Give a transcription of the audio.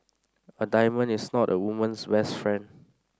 a diamond is not a woman's best friend